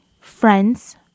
friends